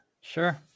sure